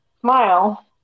smile